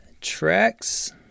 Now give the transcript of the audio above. tracks